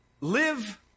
Live